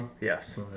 Yes